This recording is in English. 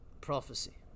prophecy